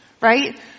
right